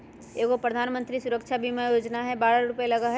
एगो प्रधानमंत्री सुरक्षा बीमा योजना है बारह रु लगहई?